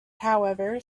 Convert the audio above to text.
however